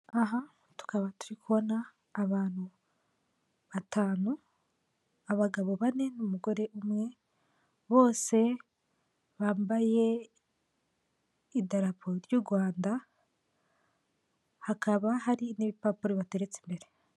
Aha tukaba turi kubona abantu batanu. Abagabo bane n'umugore umwe bose bambaye idarapo ry'u Rwanda. Hakaba hari n'ibipapuro bateretse imbere.